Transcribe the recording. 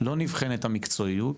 לא נבחנת המקצועיות,